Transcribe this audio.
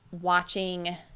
watching –